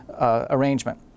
arrangement